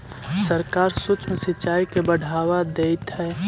सरकार सूक्ष्म सिंचाई के बढ़ावा देइत हइ